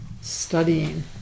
studying